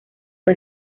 fue